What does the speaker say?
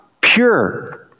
pure